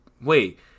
wait